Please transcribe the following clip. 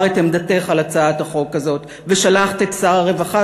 את עמדתך על הצעת החוק הזאת ושלחת את שר הרווחה,